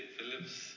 Phillips